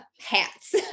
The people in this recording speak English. hats